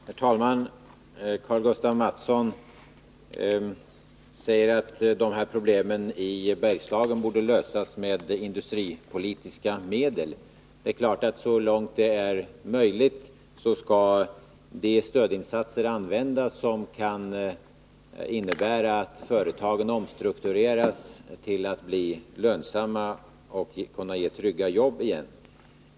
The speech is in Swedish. Herr talman! Karl-Gustaf Mathsson säger att de här problemen i Bergslagen borde lösas med industripolitiska medel. Det är klart att så långt som det är möjligt skall de stödinsatser användas som kan innebära att företagen omstruktureras till att bli lönsamma och kunna ge trygga jobb igen.